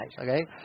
okay